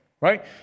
right